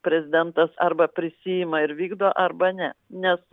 prezidentas arba prisiima ir vykdo arba ne nes